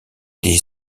des